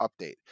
update